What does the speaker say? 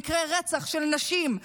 במקרי רצח של נשים,